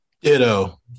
Ditto